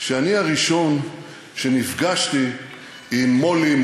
שאני הראשון שנפגשתי עם מו"לים,